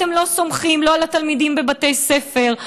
אתם לא סומכים לא על התלמידים בבתי הספר,